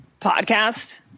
podcast